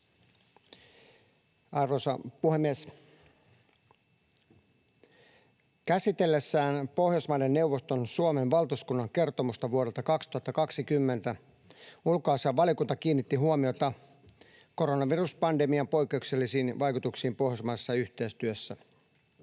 Arvoisa puhemies! Käsitellessään Pohjoismaiden neuvoston Suomen valtuuskunnan kertomusta vuodelta 2020 ulkoasiainvaliokunta kiinnitti huomiota koronaviruspandemian poikkeuksellisiin vaikutuksiin pohjoismaisessa yhteistyössä.